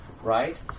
Right